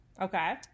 okay